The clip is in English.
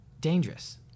dangerous